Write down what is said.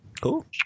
Cool